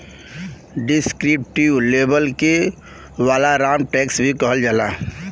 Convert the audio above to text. descriptive label के valorem tax भी कहल जाला